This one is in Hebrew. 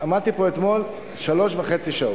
עמדתי פה אתמול שלוש שעות וחצי.